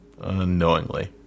unknowingly